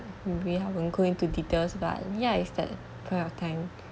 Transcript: we haven't go into details but ya is that kind of time